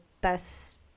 best